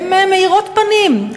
הן מאירות פנים.